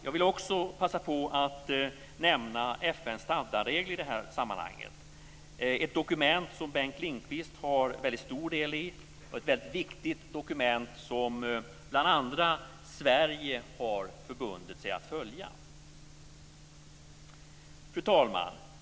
Jag vill också passa på att nämna FN:s standardregler i det här sammanhanget - ett väldigt viktigt dokument som Bengt Lindkvist har stor del i och som bl.a. Sverige har förbundit sig att följa. Fru talman!